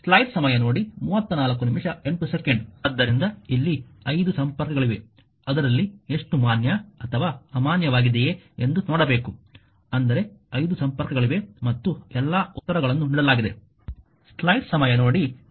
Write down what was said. ಆದ್ದರಿಂದ ಇಲ್ಲಿ 5 ಸಂಪರ್ಕಗಳಿವೆ ಅದರಲ್ಲಿ ಎಷ್ಟು ಮಾನ್ಯ ಅಥವಾ ಅಮಾನ್ಯವಾಗಿದೆಯೆ ಎಂದು ನೋಡಬೇಕು ಅಂದರೆ 5 ಸಂಪರ್ಕಗಳಿವೆ ಮತ್ತು ಎಲ್ಲಾ ಉತ್ತರಗಳನ್ನು ನೀಡಲಾಗಿದೆ